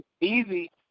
easy